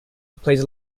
plays